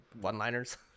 one-liners